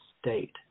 state